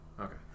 Okay